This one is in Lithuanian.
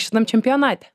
šitam čempionate